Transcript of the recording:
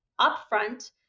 upfront